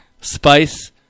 Spice